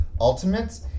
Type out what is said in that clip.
Ultimates